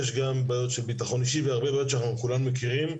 יש גם בעיות של ביטחון אישי והרבה בעיות שאנחנו כולנו מכירים,